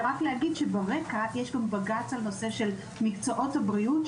רק להגיד שיש לנו ברקע בג"ץ על הנושא של מקצועות הבריאות,